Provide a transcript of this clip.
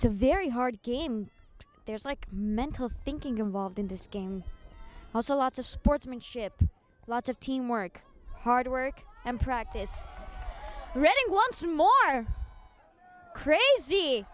to very hard game there's like mental thinking involved in this game also lots of sportsmanship lots of teamwork hard work and practice reading won some more cra